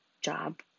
job